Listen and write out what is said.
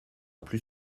plus